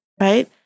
Right